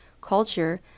culture